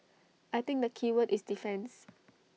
I think the keyword is defence